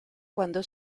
cuando